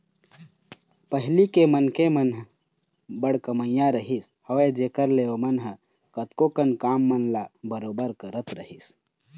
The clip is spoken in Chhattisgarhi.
पहिली के मनखे मन ह बड़ कमइया रहिस हवय जेखर ले ओमन ह कतको कन काम मन ल बरोबर करत रहिस हवय